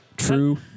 True